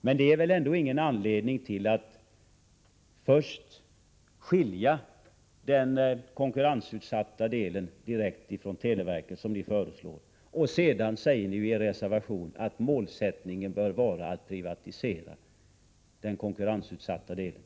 Men detta är väl ändå ingen anledning till att först skilja den konkurrensutsatta verksamheten från televerket, som ni föreslår, och sedan säga, som ni gör i er reservation, att målsättningen bör vara att privatisera den konkurrensutsatta sektorn.